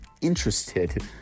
interested